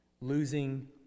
losing